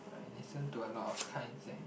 I listen to a lot of kinds eh